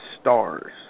stars